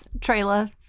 trailer